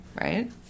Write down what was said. right